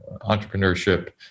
entrepreneurship